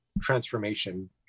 transformation